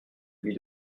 lui